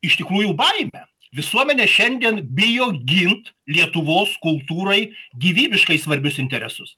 iš tikrųjų baimę visuomenė šiandien bijo gint lietuvos kultūrai gyvybiškai svarbius interesus